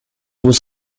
was